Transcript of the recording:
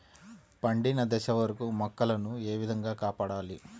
పండిన దశ వరకు మొక్కల ను ఏ విధంగా కాపాడాలి?